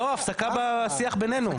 לא, הפסקה בשיח בינינו.